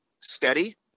steady